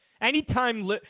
Anytime